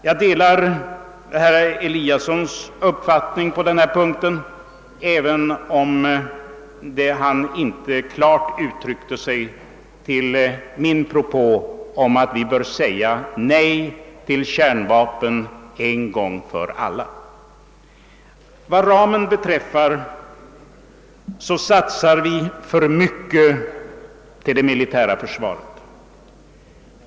Jag delar herr Eliassons i Sundborn uppfattning på denna punkt, även om han inte klart uttryckte sig i enlighet med min propå, att vi bör säga nej till kärnvapen en gång för alla. Vad utgiftsramen beträffar satsar vi för mycket pengar till det militära försvaret.